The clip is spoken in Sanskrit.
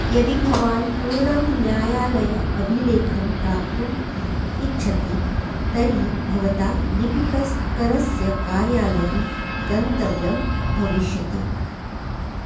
यदि भवान् पूर्णं न्यायालय अभिलेखं प्राप्तुम् इच्छति तर्हि भवता लिपिकरस्य कार्यालयं गन्तव्यं भविष्यति